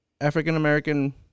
African-American